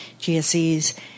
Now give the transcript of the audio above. GSEs